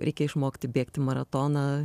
reikia išmokti bėgti maratoną